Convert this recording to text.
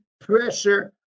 pressure